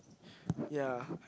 ya I